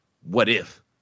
what-if